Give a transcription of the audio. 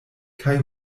kaj